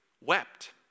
wept